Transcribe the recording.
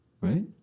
right